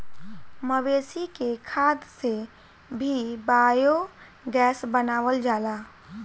मवेशी के खाद से भी बायोगैस बनावल जाला